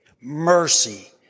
Mercy